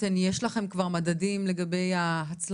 ואתן יש לכן כבר מדדים לגבי ההצלחה